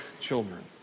children